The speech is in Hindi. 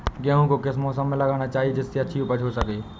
गेहूँ को किस मौसम में लगाना चाहिए जिससे अच्छी उपज हो सके?